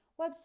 website